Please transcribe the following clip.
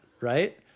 Right